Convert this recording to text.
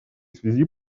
связи